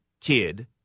kid